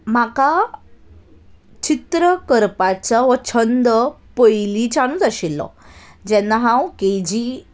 म्हाका चित्र करपाचो हो छंद पयलींच्यानूच आशिल्लो जेन्ना हांव के जी